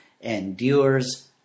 endures